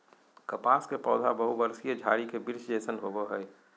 कपास के पौधा बहुवर्षीय झारी के वृक्ष जैसन होबो हइ